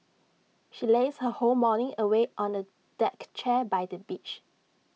she lazed her whole morning away on A deck chair by the beach